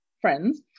friends